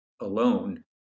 alone